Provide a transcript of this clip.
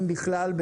אם בכלל,